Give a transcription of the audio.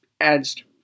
adds